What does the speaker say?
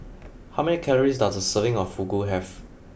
how many calories does a serving of Fugu have